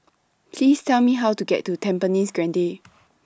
Please Tell Me How to get to Tampines Grande